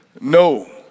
No